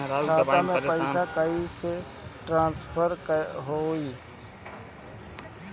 खाता से पैसा कईसे ट्रासर्फर होई?